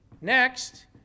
Next